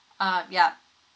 um yup